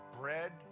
bread